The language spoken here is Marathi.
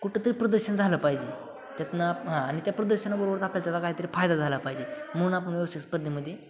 कुठं तरी प्रदर्शन झालं पाहिजे त्यातून हां आणि त्या प्रदर्शनाबरोबर तर आपल्या त्याचा काहीतरी फायदा झाला पाहिजे म्हणून आपण व्यवस्थित स्पर्धेमध्ये